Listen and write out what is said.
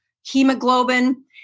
hemoglobin